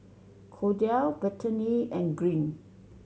Kordell Bethany and Green